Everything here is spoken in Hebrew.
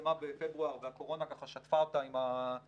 שפורסמה בפברואר והקורונה ככה שטפה אותה עם הווירוס,